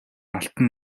алтан